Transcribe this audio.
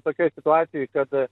tokioj situacijoj kad